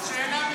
אז שאלה מכאן.